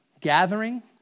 gathering